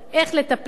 איך לטפל,